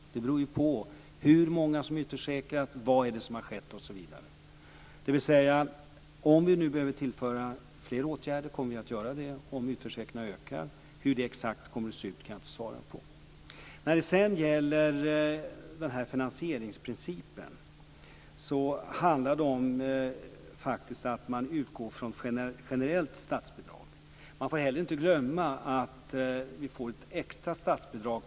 Det beror ju på hur många som utförsäkrats, vad det är som har skett, osv. Om vi behöver vidta fler åtgärder kommer vi att göra det, om utförsäkringarna ökar. Hur det exakt kommer att se ut kan jag inte svara på. När det gäller finansieringsprincipen handlar det faktiskt om att man utgår från ett generellt statsbidrag. Man får inte heller glömma att kommunerna får ett extra statsbidrag.